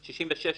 66,